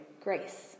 grace